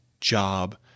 job